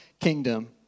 kingdom